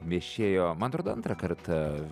viešėjo man atrodo antrą kartą